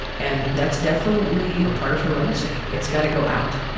and that's definitely a part of her legacy. it's got to go out.